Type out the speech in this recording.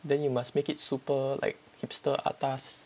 then you must make it super like hipster atas